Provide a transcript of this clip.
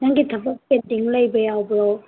ꯅꯪꯒꯤ ꯊꯕꯛ ꯄꯦꯟꯗꯤꯡ ꯂꯩꯕ ꯌꯥꯎꯕ꯭ꯔꯣ